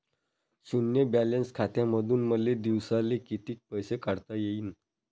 शुन्य बॅलन्स खात्यामंधून मले दिवसाले कितीक पैसे काढता येईन?